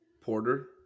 Porter